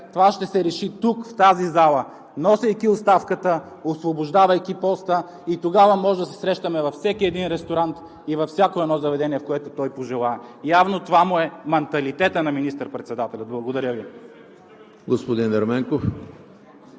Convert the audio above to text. реши, ще се реши тук – в тази зала, носейки оставката, освобождавайки поста и тогава може да се срещаме във всеки един ресторант и във всяко едно заведение, в което той пожелае. Явно това му е манталитетът на министър-председателя. Благодаря Ви.